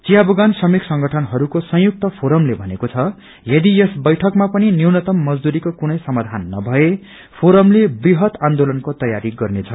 चिया बगान श्रमिक संगठनहरूको संयुक्त फोरमले भनेको छ यदि यस बैठकमा पनि न्यूनतम मजदूरीको कुनै समाधान नभए फोरमले वृहत आन्दोलनको तयारी गर्नेछ